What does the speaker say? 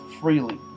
freely